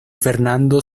fernando